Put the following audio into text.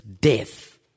death